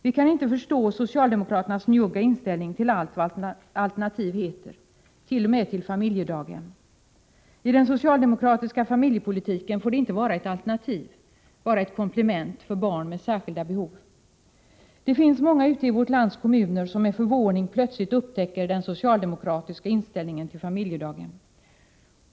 Vi kan inte förstå socialdemokraternas njugga inställning till allt vad alternativ heter, t.o.m. till familjedaghemmen. I den socialdemokratiska familjepolitiken får de inte vara ett alternativ, bara ett komplement för barn med särskilda behov. Det finns många ute i vårt lands kommuner som med förvåning plötsligt upptäcker den socialdemokratiska inställningen till familjedaghem.